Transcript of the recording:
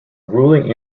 ruling